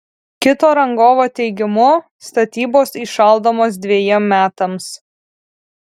kito rangovo teigimu statybos įšaldomos dvejiem metams